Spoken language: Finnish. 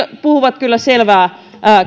puhuvat kyllä selvää